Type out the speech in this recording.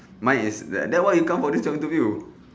mine is that then why you come for this job interview